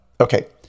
Okay